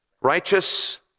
Righteous